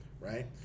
right